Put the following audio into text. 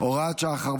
הוראת שעה,